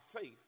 faith